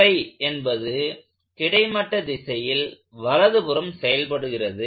5 என்பது கிடைமட்ட திசையில் வலதுபுறம் செயல்படுகிறது